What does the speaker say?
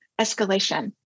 escalation